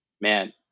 man